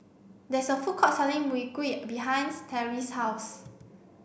there is a food court selling Mui Kee behind Terri's house